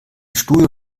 stuhl